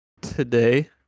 today